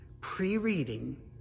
pre-reading